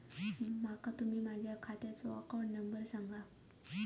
माका तुम्ही माझ्या खात्याचो अकाउंट नंबर सांगा?